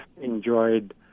enjoyed